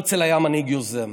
הרצל היה מנהיג יוזם.